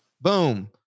Boom